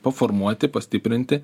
paformuoti pastiprinti